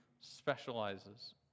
specializes